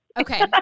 Okay